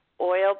oil